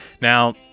Now